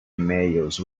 emails